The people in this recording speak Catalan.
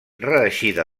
reeixida